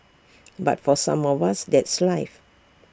but for some of us that's life